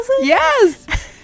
Yes